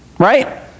Right